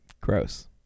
Gross